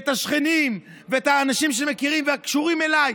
ואת השכנים ואת האנשים שמכירים והקשורים אליי,